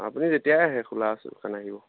আপুনি যেতিয়াই আহে খোলা আছে